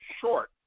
short